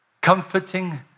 comforting